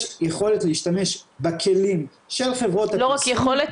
יש יכולת להשתמש בכלים של חברות הפרסום --- לא רק יכולת,